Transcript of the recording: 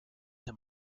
him